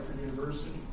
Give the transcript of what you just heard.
university